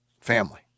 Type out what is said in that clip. family